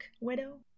widow